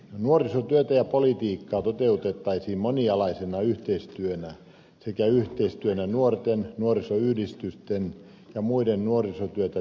nuorisotyötä ja politiikkaa toteutettaisiin monialaisena yhteistyönä sekä yhteistyönä nuorten nuorisoyhdistysten ja muiden nuorisotyötä tekevien järjestöjen kanssa